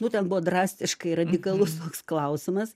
nu ten buvo drastiškai radikalus toks klausimas